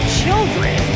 children